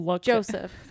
Joseph